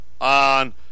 on